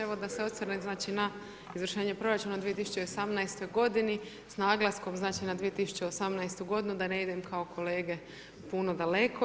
Evo da se osvrnem, znači, na izvršenje proračuna 2018.-toj godini, s naglaskom, znači na 2018.-tu godinu da ne idem kao kolege puno daleko.